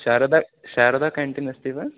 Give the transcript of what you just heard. Sharada Sharada canteen अस्ति वा